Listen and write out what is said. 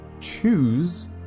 choose